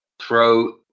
throw